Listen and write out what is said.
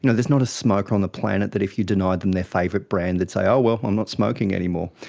you know there's not a smoker on the planet that if you denied them their favourite brand they'd say, oh well, i'm not smoking anymore.